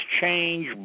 change